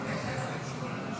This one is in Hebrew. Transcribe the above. נתקבלה.